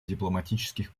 дипломатических